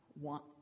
want